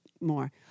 more